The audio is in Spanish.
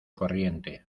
corriente